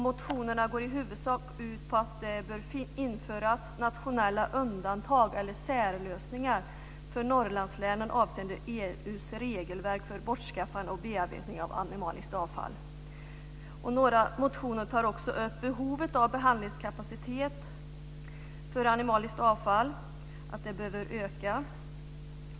Motionerna går i huvudsak ut på att det bör införas nationella undantag eller särslösningar för Norrlandslänen avseende EU:s regelverk för bortskaffande och bearbetning av animaliskt avfall. I några motioner tar man upp behovet av behandlingskapacitet för animaliskt avfall och att denna kapacitet bör öka.